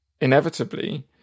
Inevitably